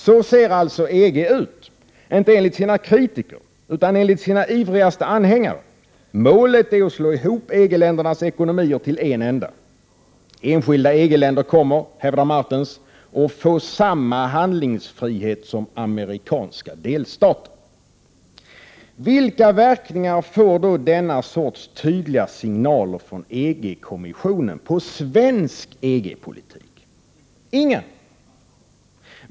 Så ser alltså EG ut, inte enligt sina kritiker utan enligt sina ivrigaste anhängare. Målet är att slå ihop EG-ländernas ekonomier till en enda. Enskilda EG-länder kommer, hävdar Martens, att få samma handlingsfrihet som amerikanska delstater. Vilka verkningar får då dessa tydliga signaler från EG-kommissionen på svensk EG-politik? Ingen!